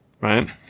right